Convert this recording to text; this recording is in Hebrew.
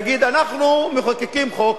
להגיד: אנחנו מחוקקים חוק,